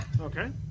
Okay